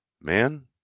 man